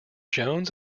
jones